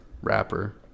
rapper